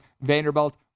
Vanderbilt